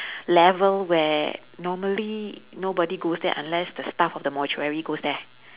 level where normally nobody goes there unless the staff of the mortuary goes there